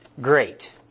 Great